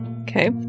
Okay